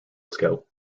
scout